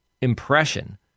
impression